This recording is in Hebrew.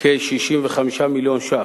כ-65 מיליון שקל.